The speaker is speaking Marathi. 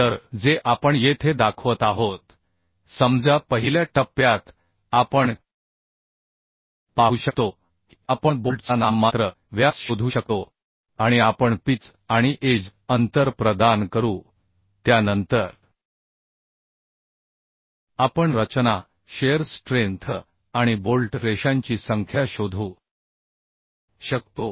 तर जे आपण येथे दाखवत आहोत समजा पहिल्या टप्प्यात आपण पाहू शकतो की आपण बोल्टचा नाममात्र व्यास शोधू शकतो आणि आपण पिच आणि एज अंतर प्रदान करू त्यानंतर आपण रचना शिअर स्ट्रेंथ आणि बोल्ट रेषांची संख्या शोधू शकतो